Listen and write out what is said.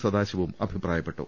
സദാശിവം അഭിപ്രാ യപ്പെട്ടു